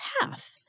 path